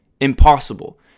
impossible